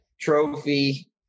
trophy